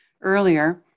earlier